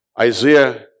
Isaiah